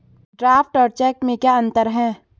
Draft और cheque में क्या अंतर है?